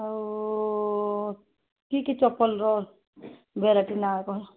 ଆଉ କି କି ଚପଲର ଭେରାଇଟି ନାଁ କ'ଣ